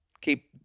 Keep